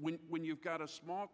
when when you've got a small